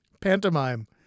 Pantomime